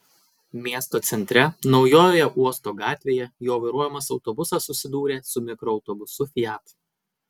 miesto centre naujojoje uosto gatvėje jo vairuojamas autobusas susidūrė su mikroautobusu fiat